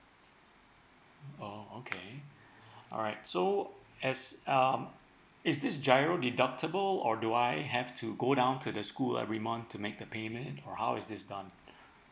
oh okay alright so as um is this giro deductible or do I have to go down to the school every month to make the payment or how is this done